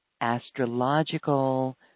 astrological